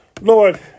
Lord